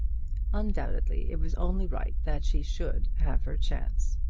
undoubtedly it was only right that she should have her chance.